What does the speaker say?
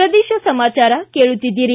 ಪ್ರದೇಶ ಸಮಾಚಾರ ಕೇಳುತ್ತಿದ್ದೀರಿ